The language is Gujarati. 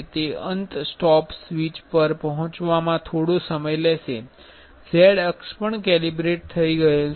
તે અંત સ્ટોપ સ્વીચ પર પહોંચવામાં થોડો સમય લેશે z અક્ષ પણ કેલિબ્રેટ થયેલ છે